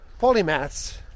Polymaths